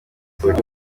buryo